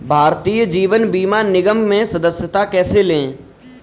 भारतीय जीवन बीमा निगम में सदस्यता कैसे लें?